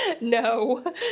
No